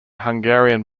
hungarian